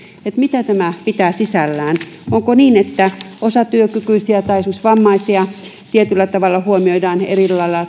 mitä tämä pitää sisällään onko niin että osatyökykyisiä tai esimerkiksi vammaisia tai romanitaustaisia tietyllä tavalla huomioidaan eri lailla